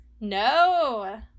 no